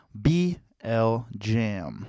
BLJAM